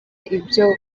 ibyo